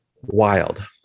Wild